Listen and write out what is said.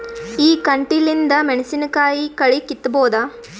ಈ ಕಂಟಿಲಿಂದ ಮೆಣಸಿನಕಾಯಿ ಕಳಿ ಕಿತ್ತಬೋದ?